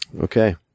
Okay